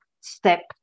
step